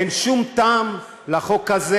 אין שום טעם לחוק הזה.